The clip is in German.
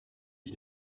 sie